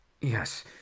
Yes